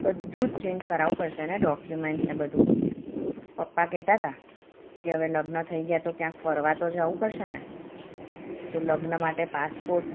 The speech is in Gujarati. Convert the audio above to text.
બધું જ ચેન્જ કરાવવું પડશેને ડોક્યુમેન્ટ ને બધું પપ્પા કહેતા હતા કે હવે લગ્ન થઈ ગયા તો ક્યાંક ફરવા તો જવું પડશે ને તો લગ્ન માટે પાસપોર્ટ